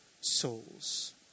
souls